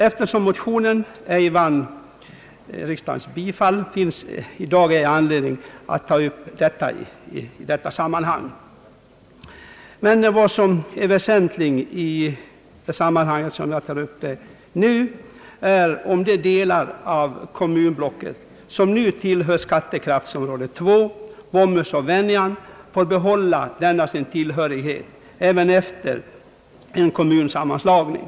Eftersom motionen ej vann riksdagens bifall, finns i dag ej anledning att i detta sammanhang diskutera motionen. Vad som nu är väsentligt är om de delar av kommunblocket som i dag tillhör skattekraftsområde 2 — Våmhus och Venjan — får behålla denna sin tillhörighet även efter en kommunsammanslagning.